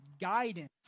guidance